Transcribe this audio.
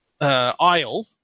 aisle